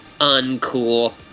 uncool